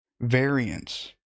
variance